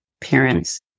parents